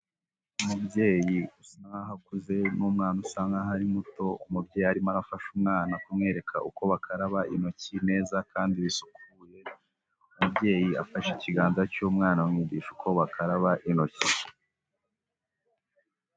Umubyeyi usa nkaho akuze n'umwana usa nkaho ari muto, umubyeyi arimo afasha umwana kumwereka uko bakaraba intoki neza kandi zisukuye, umubyeyi afashe ikiganza cy'umwana amwigisha uko bakaraba intoki.